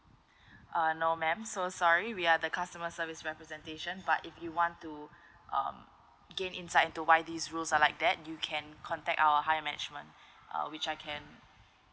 uh no ma'am so sorry we are the customer service representation but if you want to um gain insight to why these rules are like that you can contact our high management uh which I can